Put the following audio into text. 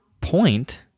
point